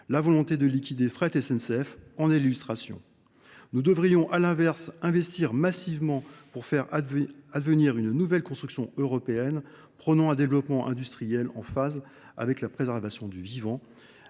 La volonté de liquider Fret SNCF en est l’illustration. Nous devrions à l’inverse investir massivement pour faire advenir une nouvelle construction européenne axée sur un développement industriel en phase avec la préservation du vivant.